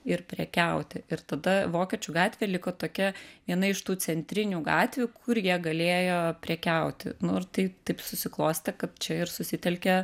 ir prekiauti ir tada vokiečių gatvė liko tokia viena iš tų centrinių gatvių kur jie galėjo prekiauti nu ir tai taip susiklostė kad čia ir susitelkė